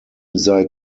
sei